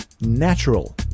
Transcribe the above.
natural